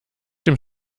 dem